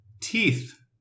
Teeth